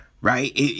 Right